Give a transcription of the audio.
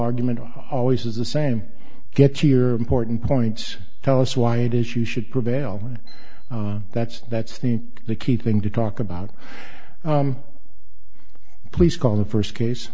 argument always is the same get here important points tell us why it is you should prevail and that's that's think the key thing to talk about please call the first case